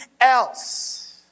else